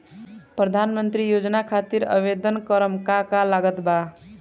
प्रधानमंत्री योजना खातिर आवेदन करम का का लागत बा?